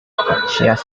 has